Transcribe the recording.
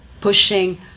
pushing